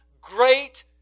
great